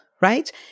right